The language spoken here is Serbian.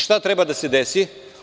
Šta treba da se desi?